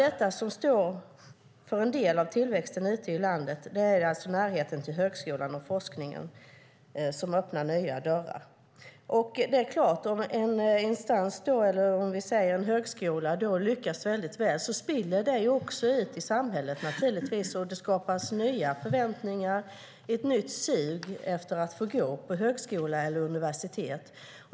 Det som står för en del av tillväxten i landet är närheten till högskolan och forskningen som öppnar nya dörrar. Om en högskola lyckas väl spiller det naturligtvis ut i samhället. Det skapas nya förväntningar och det blir ett nytt sug efter att få gå på högskola eller universitet.